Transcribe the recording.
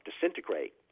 disintegrate